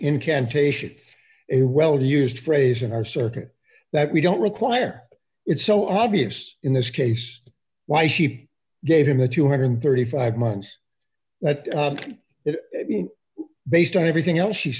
incantation a well used phrase in our circuit that we don't require it's so obvious in this case why she gave him the two hundred and thirty five months that is based on everything else she